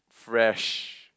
fresh